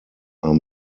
are